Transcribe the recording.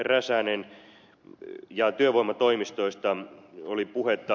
räsänen ja työvoimatoimistoista oli puhetta